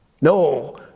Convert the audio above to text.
No